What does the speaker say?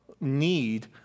need